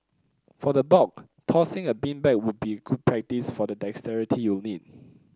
for the bulk tossing a beanbag would be good practice for the dexterity you need